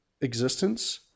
existence